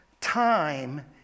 time